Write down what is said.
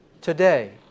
Today